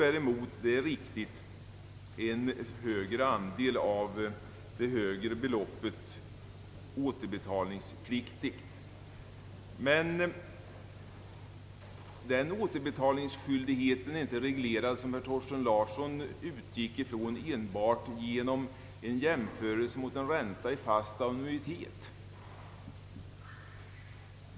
Däremot är det riktigt att en större andel av det högre beloppet faller under återbetalningsplikten. Men återbetalningsskyldigheten är inte enbart reglerad, såsom herr Thorsten Larsson utgick från, genom en jämförelse mot en ränta i fast annuitet.